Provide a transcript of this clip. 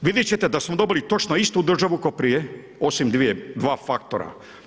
Vidjeti ćete da smo dolili točno istu državu ko prije, osim 2 faktora.